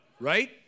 Right